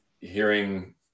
hearing